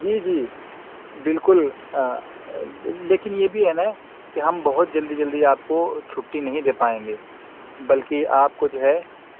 جی جی بالکل لیکن یہ بھی ہے نا کہ ہم بہت جلدی جلدی آپ کو چھٹی نہیں دے پائیں گے بلکہ آپ کو جو ہے